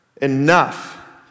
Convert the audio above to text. enough